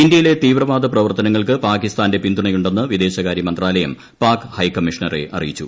ഇന്ത്യയിലെ തീവ്രവാദ പ്രവർത്തനങ്ങൾക്ക് ് പാകിസ്ഥാന്റെ പിന്തുണയുണ്ടെന്ന് വിദേശകാര്യമന്ത്രാലയം പാക് ഹൈക്കമ്മീഷണറെ അറിയിച്ചു